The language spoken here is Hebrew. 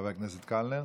בבקשה, חבר הכנסת קלנר.